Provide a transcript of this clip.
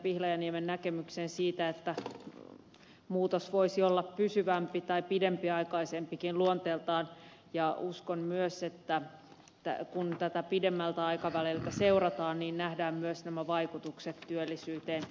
pihlajaniemen näkemykseen siitä että muutos voisi olla pysyvämpi tai pidempiaikaisempikin luonteeltaan ja uskon myös että kun tätä pidemmältä aikaväliltä seurataan niin nähdään myös nämä vaikutukset työllisyyteen